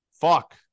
Fuck